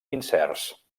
incerts